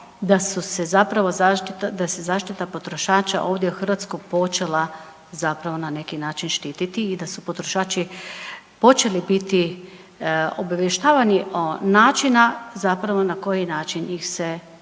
da se zaštita potrošača ovdje u Hrvatskoj počela na neki način štititi i da su potrošači počeli biti obavještavani o načinu na koji način ih se